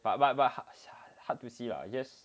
but but but hard to see lah I guess